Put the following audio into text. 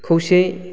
खौसे